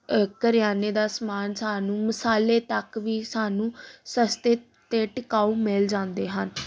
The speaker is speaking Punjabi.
ਕਰਿਆਨੇ ਦਾ ਸਮਾਨ ਸਾਨੂੰ ਮਸਾਲੇ ਤੱਕ ਵੀ ਸਾਨੂੰ ਸਸਤੇ ਅਤੇ ਟਿਕਾਊ ਮਿਲ ਜਾਂਦੇ ਹਨ